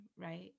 right